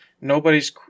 Nobody's